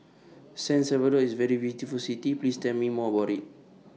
San Salvador IS A very beautiful City Please Tell Me More about IT